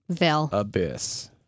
abyss